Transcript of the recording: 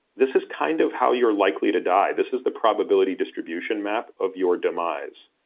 this is kind of how you're likely to die. this is the probability distribution map of your demise.